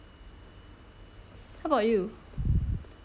how about you